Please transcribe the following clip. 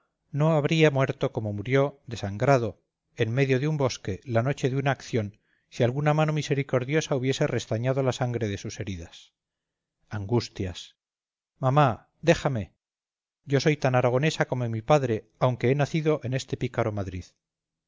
no habría muerto como murió desangrado en medio de un bosque la noche de una acción si alguna mano misericordiosa hubiese restañado la sangre de sus heridas angustias mamá déjame yo soy tan aragonesa como mi padre aunque he nacido en este pícaro madrid